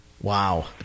Wow